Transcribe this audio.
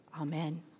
Amen